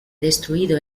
destruido